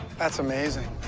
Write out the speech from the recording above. that's amazing.